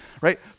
right